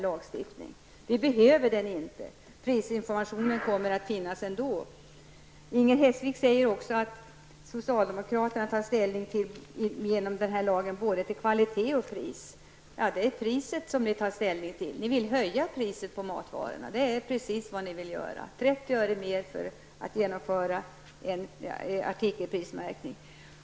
Den behövs inte. Prisinformation kommer ändå att ges. Inger Hestvik säger att socialdemokraterna i och med denna lag tar hänsyn till både kvalitet och pris. Det är priset som ni tar ställning till, och det vill ni höja på matvaror. Varje vara blir 30 öre dyrare genom en artikelprismärkning.